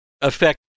affect